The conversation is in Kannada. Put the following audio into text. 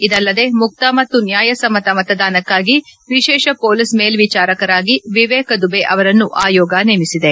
ಇದಲ್ಲದೆ ಮುಕ್ತ ಮತ್ತು ನ್ಯಾಯ ಸಮ್ಮತ ಮತದಾನಕ್ಕಾಗಿ ವಿಶೇಷ ಪೊಲೀಸ್ ಮೇಲ್ವಿಚಾರಕರಾಗಿ ವಿವೇಕ್ ದುಬೇ ಅವರನ್ನು ಆಯೋಗ ನೇಮಿಸಿದೆ